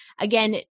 Again